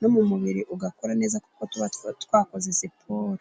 no mu mubiri ugakora neza kuko tuba twakoze siporo.